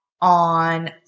on